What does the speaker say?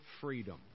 freedom